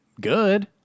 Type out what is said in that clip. good